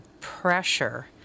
pressure